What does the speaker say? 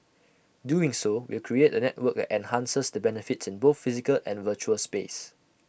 doing so will create A network that enhances the benefits in both physical and virtual space